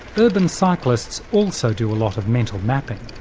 urban cyclists also do a lot of mental mapping.